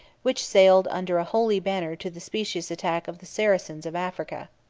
which sailed under a holy banner to the specious attack of the saracens of africa.